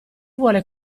vuole